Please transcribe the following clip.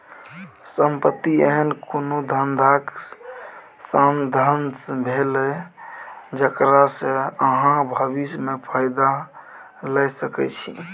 संपत्ति एहन कोनो धंधाक साधंश भेलै जकरा सँ अहाँ भबिस मे फायदा लए सकै छी